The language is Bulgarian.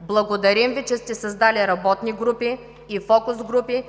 Благодарим Ви, че сте създали работни групи и фокус групи,